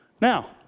Now